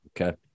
Okay